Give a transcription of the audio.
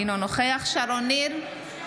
אינו נוכח שרון ניר,